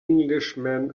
englishman